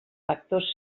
factors